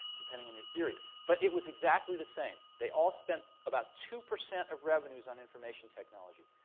depending on your theory. but it was exactly the same. they all spent about two percent of revenues on information technology.